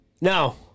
No